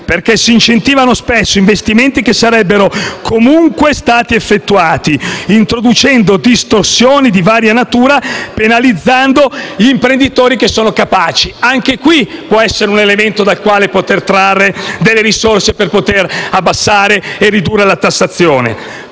perché si incentivano spesso investimenti che sarebbero comunque stati effettuati, introducendo distorsioni di varia natura e penalizzando gli imprenditori che sono capaci. Anche questo può essere un elemento dal quale poter trarre delle risorse per poter abbassare e ridurre la tassazione.